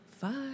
Five